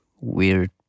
weird